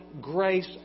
grace